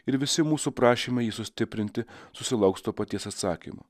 ir visi mūsų prašymai sustiprinti susilauks to paties atsakymo